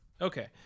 Okay